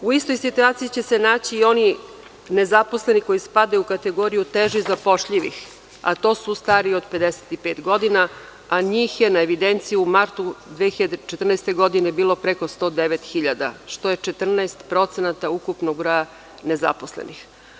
U istoj situaciji će se naći i oni nezaposleni koji spadaju u kategoriju teže zapošljivih, a to su stariji od 55 godina, a njih je na evidenciji u martu 2014. godine bilo preko 109.000, što je 14% od ukupnog broja nezaposlenih.